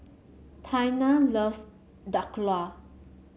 Taina loves Dhokla